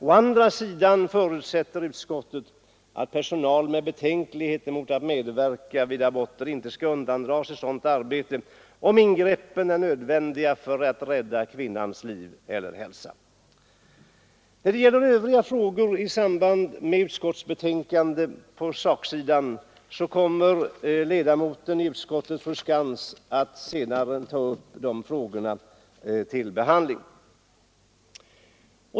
Å andra sidan förutsätter utskottet att personal med betänkligheter mot att medverka vid aborter inte skall undandra sig sådant arbete, om ingreppen är nödvändiga för att rädda kvinnans liv eller hälsa. Övriga sakfrågor i utskottsbetänkandet kommer utskottsledamoten fru Skantz senare att beröra.